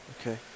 Okay